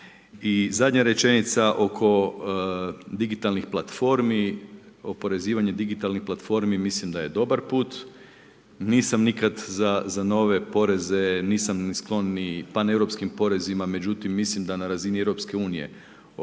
I zadnja rečenica oko digitalnih platformi. Oporezivanje digitalnih platformi mislim da je dobar put, nisam nikad za nove poreze, nisam sklon ni paneuropskim porezima, međutim mislim da na razini Europske unije